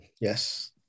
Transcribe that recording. Yes